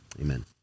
amen